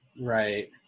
Right